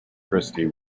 christie